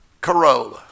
Corolla